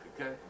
okay